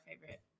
favorite